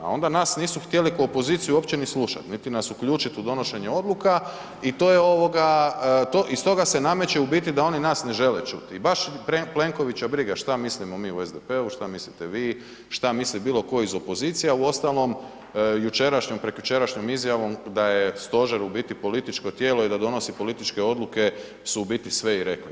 A onda nas nisu htjeli kao opoziciju uopće ni slušati niti nas uključiti u donošenju odluka i to je, iz toga se nameće da u biti da oni nas ne žele čuti i baš Plenkovića briga što mislimo u SDP-u, što mislite vi, što misli bilo tko iz opozicije, a uostalom, jučerašnjom, prekjučerašnjom izjavom da je Stožer u biti političko tijelo i da donosi političke odluke su u biti sve i rekle.